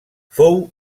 fou